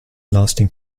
lasting